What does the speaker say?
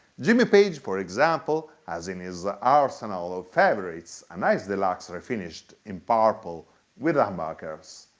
jimmy page for example has in his arsenal of favorites a nice deluxe refinished in purple with humbuckers.